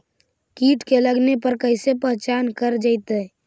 कीट के लगने पर कैसे पहचान कर जयतय?